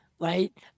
right